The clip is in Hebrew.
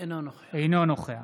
אינו נוכח